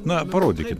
na parodykit